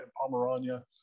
Pomerania